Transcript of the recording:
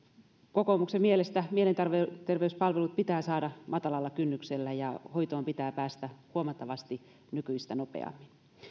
kokoomuksen mielestä mielenterveyspalvelut pitää saada matalalla kynnyksellä ja hoitoon pitää päästä huomattavasti nykyistä nopeammin